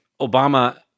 Obama